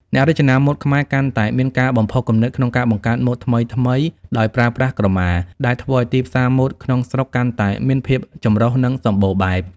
អ្នករចនាម៉ូដខ្មែរកាន់តែមានការបំផុសគំនិតក្នុងការបង្កើតម៉ូដថ្មីៗដោយប្រើប្រាស់ក្រមា ដែលធ្វើឲ្យទីផ្សារម៉ូដក្នុងស្រុកកាន់តែមានភាពចម្រុះ និងសម្បូរបែប។